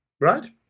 right